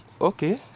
Okay